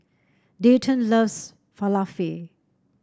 Dayton loves Falafel